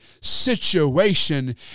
situation